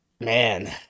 man